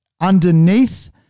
underneath